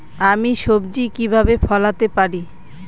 আমি সবজি কিভাবে ফলাতে পারি?